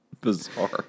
Bizarre